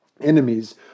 enemies